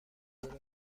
انجیر